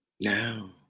Now